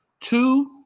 two